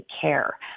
care